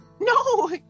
No